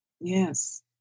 Yes